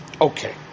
Okay